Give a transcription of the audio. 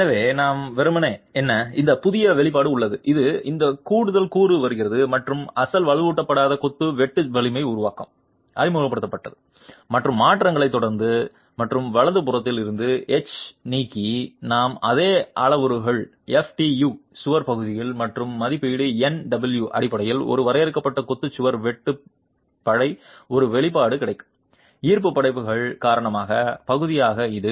எனவேநாம் வெறுமனே என்ன இந்த புதிய வெளிப்பாடு உள்ளது இது இந்த கூடுதல் கூறு வருகிறது மற்றும் அசல் வலுவூட்டப்படாத கொத்து வெட்டு வலிமை உருவாக்கம் அறிமுகப்படுத்தப்பட்டது மற்றும் மாற்றங்களை தொடர் மற்றும் வலது புறத்தில் இருந்து எச் நீக்கி நாம் அதே அளவுருக்கள் ftu சுவர் பகுதியில் மற்றும் மதிப்பீடு Nw அடிப்படையில் ஒரு வரையறுக்கப்பட்ட கொத்து சுவர் வெட்டு படை ஒரு வெளிப்பாடு கிடைக்கும் ஈர்ப்பு படைகள் காரணம் பகுதியாக இது